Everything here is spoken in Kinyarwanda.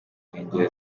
nkengero